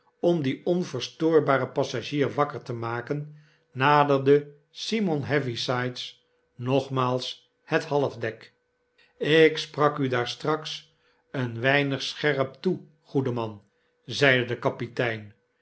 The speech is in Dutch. om dien onverstoorbaren passagier wakker te maken naderde simon heavysides nogmaals het halfdek ik sprak u daar straks een weinig scherp toe goede man zeide de kapitein